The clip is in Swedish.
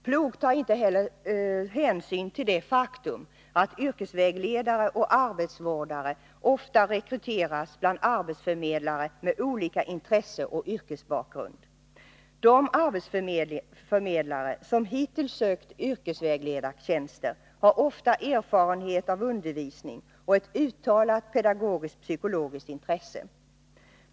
PLOG tar inte heller hänsyn till det faktum att yrkesvägledare och arbetsvårdare ofta rekryteras bland arbetsförmedlare med olika intresseoch yrkesbakgrund. De arbetsförmedlare som hittills sökt yrkesvägledartjänster har ofta erfarenhet av undervisning och ett uttalat pedagogiskt-psykologiskt intresse.